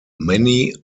many